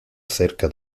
cerca